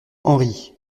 henri